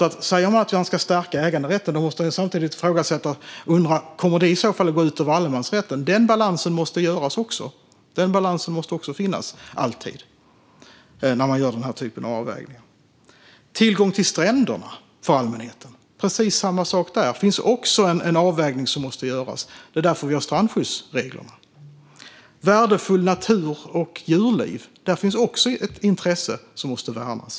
Om man säger att man ska stärka äganderätten måste man samtidigt undra om det kommer att gå ut över allemansrätten. Denna balans måste också alltid finnas när man gör denna typ av avvägningar. När det gäller tillgång till stränderna för allmänheten finns det också en avvägning som måste göras. Det är därför som vi har strandskyddsreglerna. I fråga om värdefull natur och djurliv finns det också ett intresse som måste värnas.